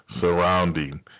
surrounding